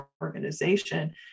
organization